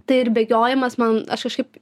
tai ir bėgiojimas man aš kažkaip